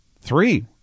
Three